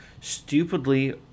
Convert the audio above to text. stupidly